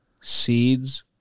seeds